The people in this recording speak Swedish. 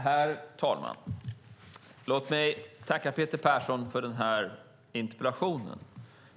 Herr talman! Låt mig tacka Peter Persson för den här interpellationen.